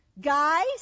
Guys